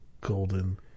golden